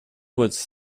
was